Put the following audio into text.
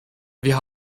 wir